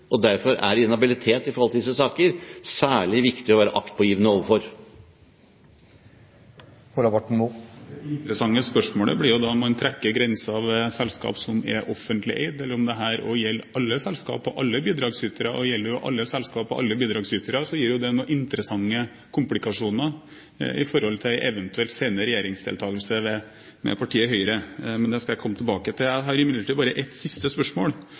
og derfor er det inhabilitet i forhold til disse sakene, som det er særlig viktig å være aktpågivende overfor. Det interessante spørsmålet blir jo da om man trekker grensen ved selskap som er offentlig eid, eller om dette også gjelder alle selskaper og alle bidragsytere. Gjelder det alle selskaper og alle bidragsytere, gir jo det noen interessante komplikasjoner i forhold til en eventuell senere regjeringsdeltakelse med partiet Høyre. Men det skal jeg komme tilbake til. Jeg har imidlertid bare et siste spørsmål,